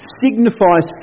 signifies